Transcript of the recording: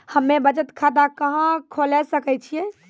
हम्मे बचत खाता कहां खोले सकै छियै?